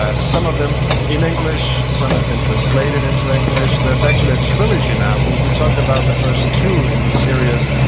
ah some of them in english, some have been translated into english. there's actually a trilogy now we we talked about the first two in the series,